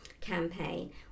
campaign